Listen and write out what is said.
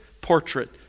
portrait